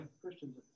Christians